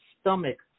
stomach